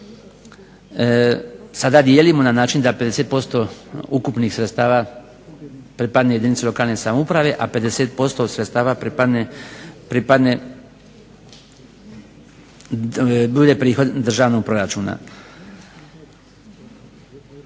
sada dijelimo na način da 50% ukupnih sredstava pripadne jedinici lokalne samouprave, a 50% sredstava bude prihod državnog proračuna.